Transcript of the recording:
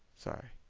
sorry.